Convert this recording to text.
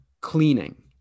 Cleaning